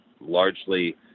largely